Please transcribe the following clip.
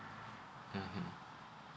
mmhmm